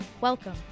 Welcome